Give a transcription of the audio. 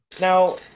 Now